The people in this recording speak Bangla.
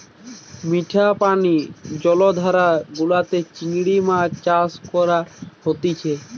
মিঠা পানি জলাধার গুলাতে চিংড়ি মাছ চাষ করা হতিছে